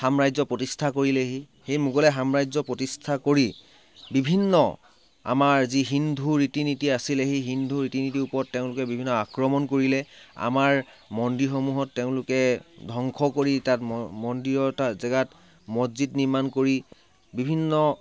সাম্ৰাজ্য প্ৰতিষ্ঠা কৰিলেহি সেই মোগলে সাম্ৰাজ্য প্ৰতিষ্ঠা কৰি বিভিন্ন আমাৰ যি হিন্দু ৰীতি নীতি আছিলে সেই হিন্দু ৰীতি নীতিৰ ওপৰত তেওঁলোকে বিভিন্ন আক্ৰমণ কৰিলে আমাৰ মন্দিৰসমূহত তেওঁলোকে ধংস কৰি তাত মন মন্দিৰৰ তাত জেগাত মছজিদ নিৰ্মাণ কৰি বিভিন্ন